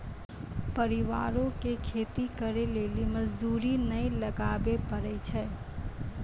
परिवारो के खेती करे लेली मजदूरी नै लगाबै पड़ै छै